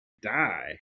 die